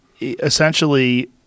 essentially